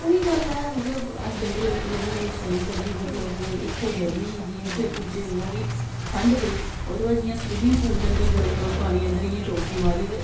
होई गल्ल ऐ मतलब अस जंगल गली गेदे हे उस टाइम पर बी मतलब इत्थै गर्मी ही जियां उत्थै पुज्जे उमा बी ठंड पेई ओहदे बाद जियां स्बिमिंग पूल दे अंदर गर्म गर्म पानी अंदर इयां डुबकी मारी